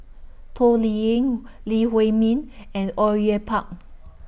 Toh Liying Lee Huei Min and Au Yue Pak